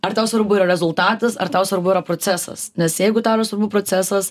ar tau svarbu yra rezultatas ar tau svarbu yra procesas nes jeigu tau yra svarbu procesas